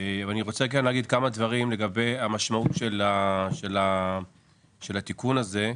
אבל אני רוצה להגיד כמה דברים לגבי המשמעות של התיקון הזה.